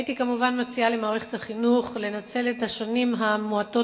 הייתי כמובן מציעה למערכת החינוך לנצל את השנים המועטות